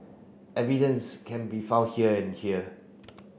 evidence can be found here and here